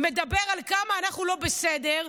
מדבר על כמה אנחנו לא בסדר,